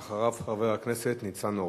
אחריו, חבר הכנסת ניצן הורוביץ.